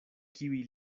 kiuj